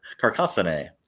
Carcassonne